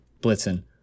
Blitzen